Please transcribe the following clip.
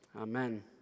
Amen